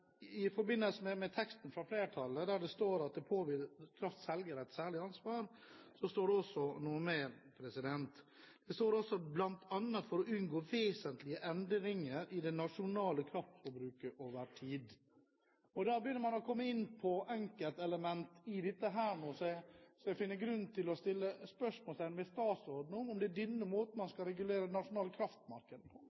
I forbindelse med teksten fra flertallet der det står at det påhviler «kraftselger et særlig ansvar», så står det også noe mer. Det står også «blant annet for å unngå vesentlige endringer i det nasjonale kraftforbruket over tid». Da begynner man å komme inn på enkeltelementer i dette som jeg finner grunn til å stille spørsmål til statsråden om – om det er denne måten man